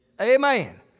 Amen